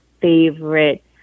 favorite